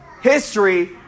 history